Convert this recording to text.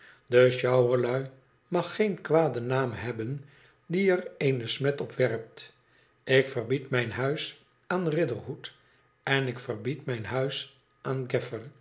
de sjouwerlui mag geen kwaden naam hebben die er eene smet op werpt ik verbied mijn huis aan riderhood en ik verbied mijn huis aan